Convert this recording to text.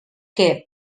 que